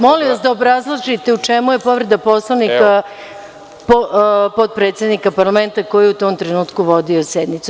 Molim vas da obrazložite u čemu je povreda Poslovnika potpredsednika parlamenta koji je u tom trenutku vodio sednicu.